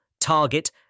target